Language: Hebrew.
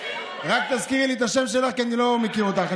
רק תזכירי לי את השם שלך, כי אני לא מכיר אותך.